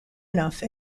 enough